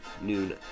noon